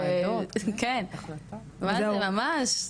מה זה ממש,